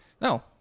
No